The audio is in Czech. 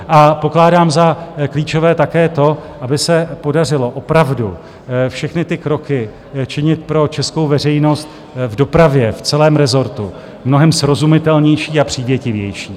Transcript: A pokládám za klíčové také to, aby se podařilo opravdu všechny ty kroky činit pro českou veřejnost v dopravě v celém rezortu mnohem srozumitelnější a přívětivější.